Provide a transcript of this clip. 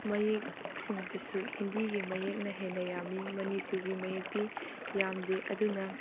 ꯃꯌꯦꯛꯁꯤꯡꯗꯨꯁꯨ ꯍꯤꯟꯗꯤꯒꯤ ꯃꯌꯦꯛꯅ ꯍꯦꯟꯅ ꯌꯥꯝꯃꯤ ꯃꯅꯤꯄꯨꯔꯒꯤ ꯃꯌꯦꯛꯇꯤ ꯌꯥꯝꯗꯦ ꯑꯗꯨꯅ